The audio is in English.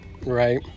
right